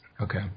Okay